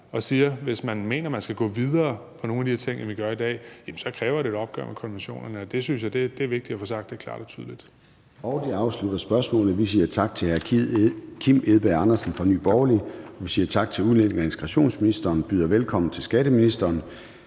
og siger, at hvis man mener, at man skal gå videre med nogle af de ting, end vi gør i dag, så kræver det et opgør med konventionerne. Det synes jeg er vigtigt at få sagt klart og tydeligt. Kl. 14:18 Formanden (Søren Gade): Det afslutter spørgsmålet. Vi siger tak til hr. Kim Edberg Andersen fra Nye Borgerlige og til udlændinge- og integrationsministeren. Jeg byder velkommen til skatteministeren.